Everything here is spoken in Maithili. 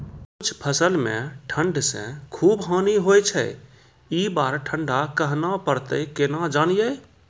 कुछ फसल मे ठंड से खूब हानि होय छैय ई बार ठंडा कहना परतै केना जानये?